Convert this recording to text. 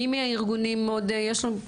מי מהארגונים עוד יש לנו?